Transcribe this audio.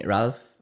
Ralph